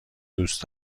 دوست